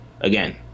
again